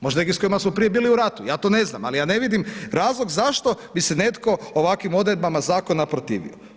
Možda ljudi s kojima su prije bili u ratu, ja to ne znam, ali ja ne vidim razlog zašto bi se netko ovakvim odredbama zakona protivio.